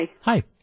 Hi